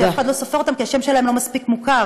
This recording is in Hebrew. שאף אחד לא סופר אותם כי השם שלהם לא מספיק מוכר.